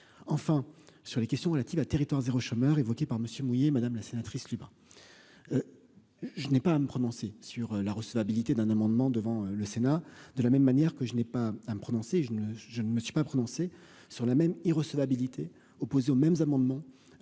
enfin sur les questions relatives à territoire zéro chômeur évoqué par Monsieur Mounier, madame la sénatrice, je n'ai pas à me prononcer sur la recevabilité d'un amendement devant le Sénat de la même manière que je n'ai pas à me prononcer, je ne, je ne me suis pas prononcé sur la même recevabilité opposée au même amendement